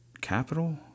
capital